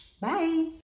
Bye